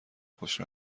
خوش